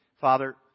Father